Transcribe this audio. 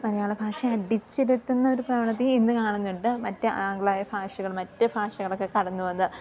മലയാള ഭാഷയെ അടിച്ചിരുത്തുന്ന ഒരു പ്രവണതയേ ഇന്നു കാണുന്നുണ്ട് മറ്റ് ആംഗലേയ ഭാഷകൾ മറ്റു ഭാഷകളൊക്കെ കടന്നു വന്ന്